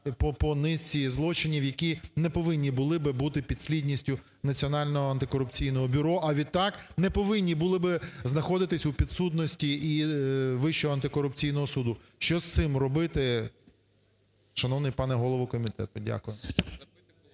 по низці злочинів, які не повинні були би бути підслідністю Національного антикорупційного бюро, а відтак не повинні були би знаходитись у підсудності і Вищого антикорупційного суду. Що з цим робити, шановний пане голово комітету? Дякую.